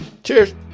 Cheers